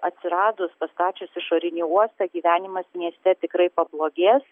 atsiradus pastačius išorinį uostą gyvenimas mieste tikrai pablogės